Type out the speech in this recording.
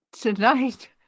tonight